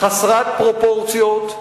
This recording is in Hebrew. חסרת פרופורציות,